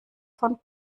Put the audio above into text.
von